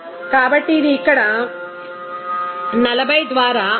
కాబట్టి ఇది ఇక్కడ 40 ద్వారా 5